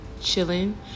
chilling